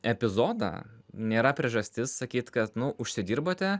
epizodą nėra priežastis sakyt kad nu užsidirbote